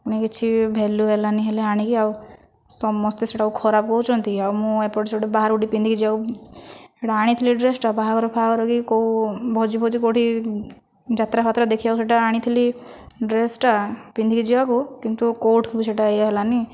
ପୁଣି କିଛି ଭ୍ୟାଲ୍ୟୁ ହେଲାନାହିଁ ହେଲେ ଆଣିକି ଆଉ ସମସ୍ତେ ସେଇଟାକୁ ଖରାପ କହୁଛନ୍ତି ଆଉ ମୁଁ ଏପଟ ସେପଟ ବାହାରକୁ ଗୋଟିଏ ପିନ୍ଧିକି ଯିବାକୁ ସେଇଟା ଆଣିଥିଲି ଏ ଡ୍ରେସ୍ଟା ବାହାଘର ଫାହାଘର କି କେଉଁ ଭୋଜି ଫୋଜି କେଉଁଠିକି ଯାତ୍ରା ଫାତ୍ରା ଦେଖିବାକୁ ସେଇଟା ଆଣିଥିଲି ଡ୍ରେସ୍ଟା ପିନ୍ଧିକି ଯିବାକୁ କିନ୍ତୁ କେଉଁଠିକୁ ବି ସେଇଟା ଇଏ ହେଲାନାହିଁ